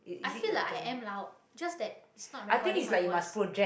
i feel like i am loud just that it's not recording my voice